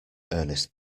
ernest